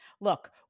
Look